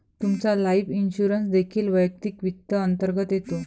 तुमचा life insurance देखील वैयक्तिक वित्त अंतर्गत येतो